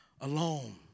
alone